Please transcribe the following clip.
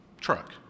truck